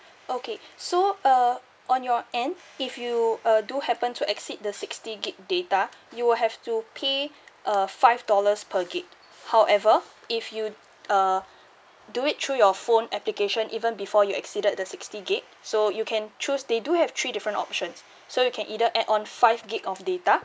okay so uh on your end if you uh do happen to exceed the sixty gig data you will have to pay a five dollars per gig however if you uh do it through your phone application even before you exceeded the sixty gig so you can choose they do have three different options so you can either add on five gig of data